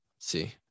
see